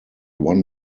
one